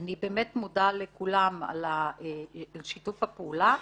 אני באמת מודה לכולם על שיתוף הפעולה,